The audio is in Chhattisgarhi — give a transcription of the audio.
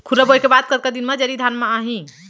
खुर्रा बोए के बाद कतका दिन म जरी धान म आही?